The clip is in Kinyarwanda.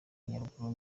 nyaruguru